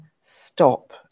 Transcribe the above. stop